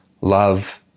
Love